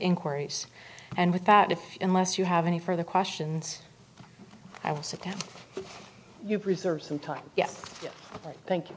inquiries and with that if unless you have any further questions i will sit down you preserve some time yes thank you